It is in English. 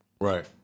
Right